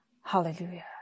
Hallelujah